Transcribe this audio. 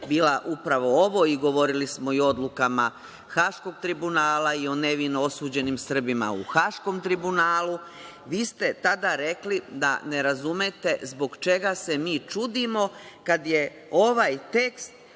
bila upravo ovo i govorili smo i o odlukama Haškog tribunala i o nevino osuđenim Srbima u Haškom tribunalu, vi ste tada rekli da ne razumete zbog čega se mi čudimo kad je ovaj tekst